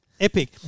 epic